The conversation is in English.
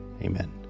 Amen